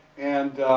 and